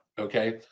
Okay